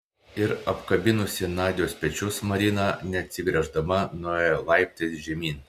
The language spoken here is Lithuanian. ir apkabinusi nadios pečius marina neatsigręždama nuėjo laiptais žemyn